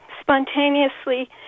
spontaneously